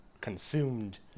consumed